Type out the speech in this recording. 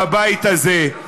בבית הזה.